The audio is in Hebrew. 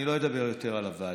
אני לא אדבר יותר על הוועדה,